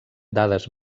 dades